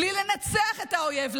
בלי לנצח את האויב.